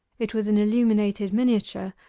it was an illuminated miniature,